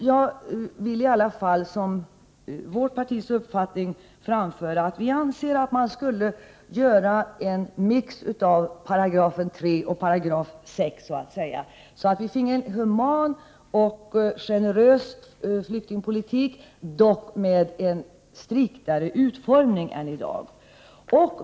Som vårt partis uppfattning vill jag i alla fall framföra att vi anser att man skall göra en mix av 3 § och 6 §, så att vi finge en human och generös flyktingpolitik, dock med en striktare utformning än i dag.